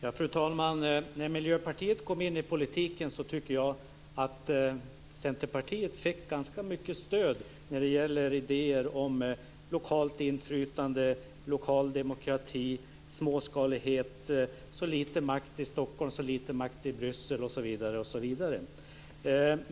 Fru talman! När Miljöpartiet kom in i politiken tyckte jag att Centerpartiet fick ganska mycket stöd när det gäller idéer om lokalt inflytande, lokal demokrati, småskalighet, så lite makt till Stockholm och till Bryssel som möjligt, osv.